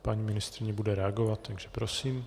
Paní ministryně bude reagovat, takže prosím.